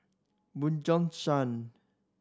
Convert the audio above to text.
Bjorn Shan